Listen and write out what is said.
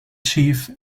chief